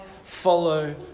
Follow